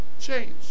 change